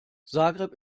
zagreb